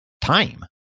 time